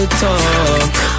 talk